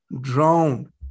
drowned